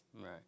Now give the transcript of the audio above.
Right